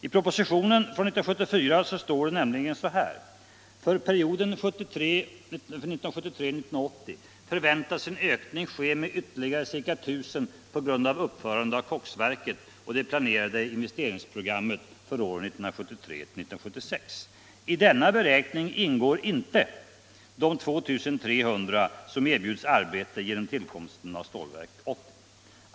I propositionen från 1974 står det nämligen så här: ”För perioden 1974-1980 förväntas en ökning ske med ytterligare ca 1000 på grund av uppförandet av koksverket och det planerade investeringsprogrammet för åren 1973-1976. I denna beräkning ingår inte de 2300 som erbjuds arbete genom till komsten av Stålverk 80.